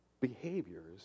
behaviors